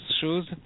shoes